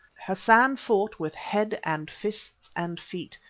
hassan fought with head and fists and feet,